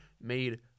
made